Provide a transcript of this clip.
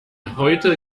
heute